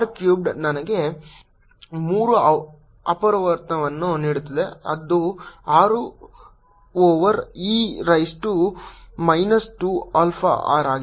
r cubed ನನಗೆ ಮೂರು ಅಪವರ್ತನವನ್ನು ನೀಡುತ್ತದೆ ಅದು 6 over e raise to minus 2 alpha r ಆಗಿದೆ